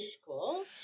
school